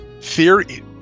Theory